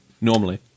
normally